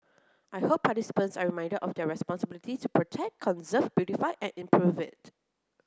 I hope participants are reminded of their responsibility to protect conserve beautify and improve it